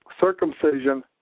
Circumcision